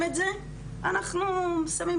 ואני אעצור